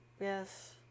Yes